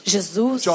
Jesus